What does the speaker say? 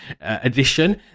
edition